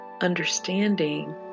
understanding